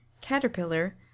caterpillar